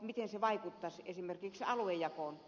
miten se vaikuttaisi esimerkiksi aluejakoon